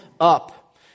up